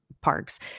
parks